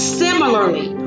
similarly